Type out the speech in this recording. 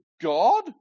God